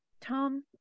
Tom